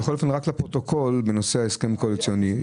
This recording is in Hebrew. לפרוטוקול בנושא ההסכם הקואליציוני.